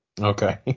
okay